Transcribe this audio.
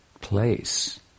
place